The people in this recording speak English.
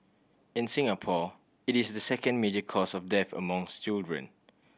in Singapore it is the second major cause of death among children